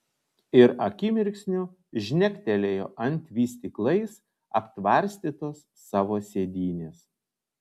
ir akimirksniu žnektelėjo ant vystyklais aptvarstytos savo sėdynės